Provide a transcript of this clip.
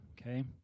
okay